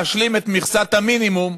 להשלים את מכסת המינימום,